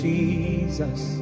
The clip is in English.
Jesus